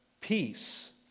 Peace